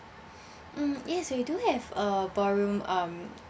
mm yes we do have a ballroom um